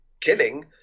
killing